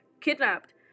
kidnapped